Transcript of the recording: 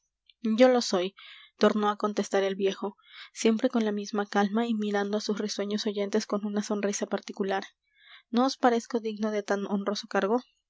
yo lo soy tornó á contestar el viejo siempre con la misma calma y mirando á sus risueños oyentes con una sonrisa particular no os parezco digno de tan honroso cargo